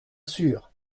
sûr